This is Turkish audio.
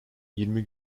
yirmi